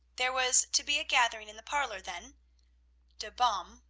there was to be a gathering in the parlor then der baum.